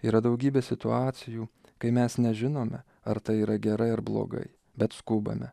yra daugybė situacijų kai mes nežinome ar tai yra gerai ar blogai bet skubame